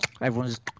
everyone's